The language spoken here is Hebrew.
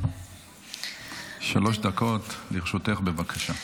שלוש דקות לרשותך, בבקשה.